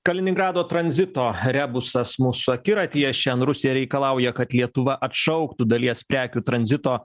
kaliningrado tranzito rebusas mūsų akiratyje šian rusija reikalauja kad lietuva atšauktų dalies prekių tranzito